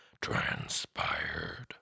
transpired